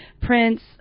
Prince